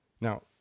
Now